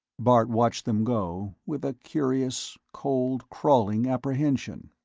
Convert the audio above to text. bart watched them go, with a curious, cold, crawling apprehension.